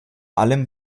allem